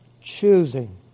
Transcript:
choosing